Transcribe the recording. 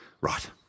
right